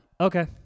Okay